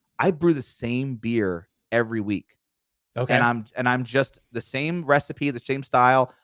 i brew the same beer every week and i'm and i'm just the same recipe, the same style.